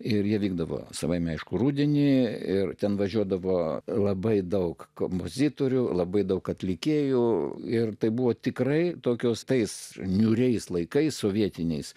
ir jie vykdavo savaime aišku rudenį ir ten važiuodavo labai daug kompozitorių labai daug atlikėjų ir tai buvo tikrai tokios tais niūriais laikais sovietiniais